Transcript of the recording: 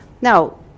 Now